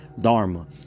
Dharma